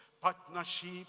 Partnership